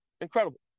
incredible